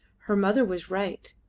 her mother was right.